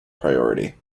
priority